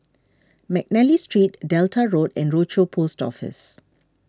McNally Street Delta Road and Rochor Post Office